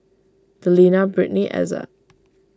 Delina Brittnie Ezzard